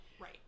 Right